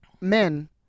men